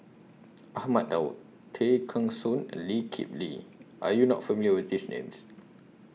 Ahmad Daud Tay Kheng Soon and Lee Kip Lee Are YOU not familiar with These Names